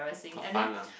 for fun ah